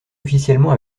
officiellement